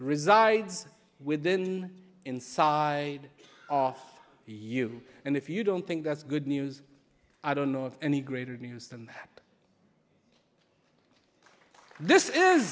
resides within inside of you and if you don't think that's good news i don't know of any greater than this is